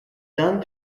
done